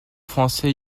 français